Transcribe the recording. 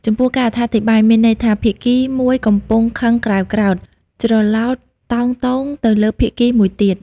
ចំពោះការអត្ថាធិប្បាយ មានន័យថា ភាគីមួយកំពុងខឹងក្រេវក្រោធ ច្រឡោតតោងតូងទៅលើភាគីមួយទៀត ។